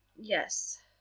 Yes